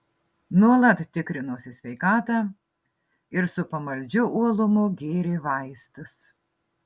nuolat tikrinosi sveikatą ir su pamaldžiu uolumu gėrė vaistus